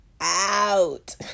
out